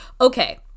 okay